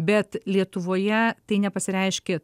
bet lietuvoje tai nepasireiškė